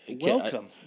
Welcome